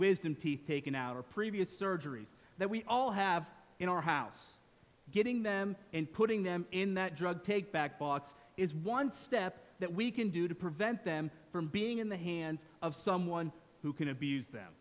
wisdom teeth taken our previous surgeries that we all have in our house getting them and putting them in that drug take back box is one step that we can do to prevent them from being in the hands of someone who can abuse them